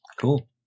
Cool